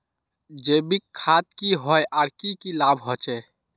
जैविक खाद की होय आर की की लाभ होचे?